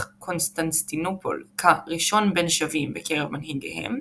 קונסטנטינופול כ"ראשון בין שווים" בקרב מנהיגיהם,